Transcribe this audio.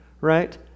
Right